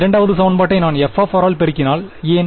இரண்டாவது சமன்பாட்டை நான் f ஆல் பெருக்கினால் ஏன்